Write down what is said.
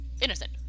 innocent